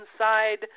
inside